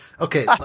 Okay